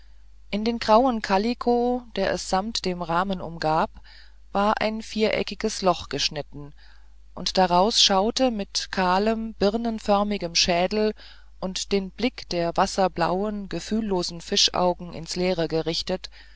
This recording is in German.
in den grauen kaliko der es samt dem rahmen umgab war ein viereckiges loch geschnitten und heraus schaute mit kahlem birnenförmigen schädel und den blick der wasserblauen gefühllosen fischaugen ins leere gerichtet